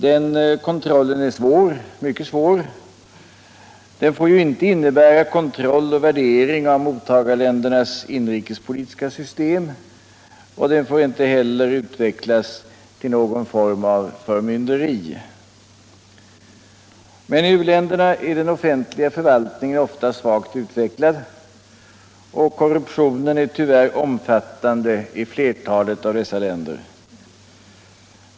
Den kontrollen är mycket svår. Den får inte innebära kontroll och värdering av mottagarländernas inrikespolitiska system. och den får inte heller utvecklas till någon form av förmynderi. Men i u-länderna är den offentliga förvaltningen ofta svagt utvecklad, och korruptionen är tyvärr omfattande i flertalet av dessa länder.